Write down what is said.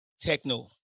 Techno